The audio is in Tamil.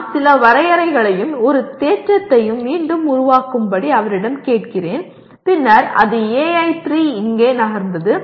நான் சில வரையறைகளையும் ஒரு தேற்றத்தை மீண்டும் உருவாக்கும்படியும் அவரிடம் கேட்கிறேன் பின்னர் அது AI3 இங்கே நகர்ந்தது